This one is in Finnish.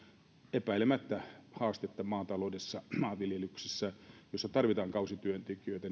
paikata tätä haastetta maataloudessa maanviljelyksessä jossa tarvitaan kausityöntekijöitä